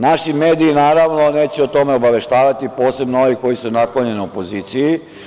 Naši mediji naravno neće o tome obaveštavati, posebno ovi koji su naklonjeni opoziciji.